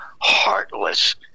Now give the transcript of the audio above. heartless